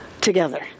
together